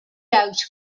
out